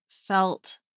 felt